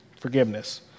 forgiveness